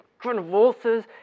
convulses